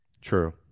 true